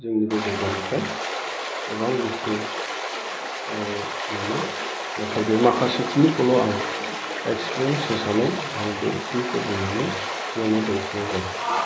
जोंनि बे जायगानिफ्राय गोबां बुस्थु मोनो नाथाय बे माखासे खिनिखौल' आं एक्सपेरियेन्स हिसाबै आं बेखिनिखौ बुंनानै बेयावनो दोनथ'नाय जाबाय